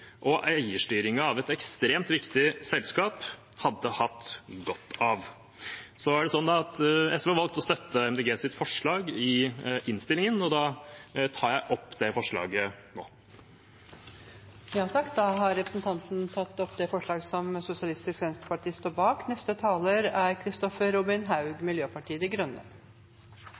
og eierstyringen av et ekstremt viktig selskap, hadde hatt godt av. SV har valgt å støtte MDGs representantforslag i innstillingen, og jeg tar nå opp SVs forslag. Da har representanten Freddy André Øvstegård tatt opp det forslaget som Sosialistisk Venstreparti står bak. Equinors investeringer i USA er